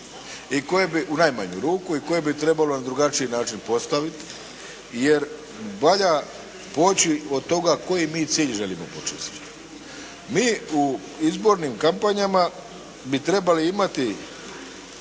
i koje bi trebalo na drugačiji način postaviti. Jer valja poći od toga koji mi cilj želimo postići. Mi u izbornim kampanjama bi trebali imati